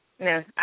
No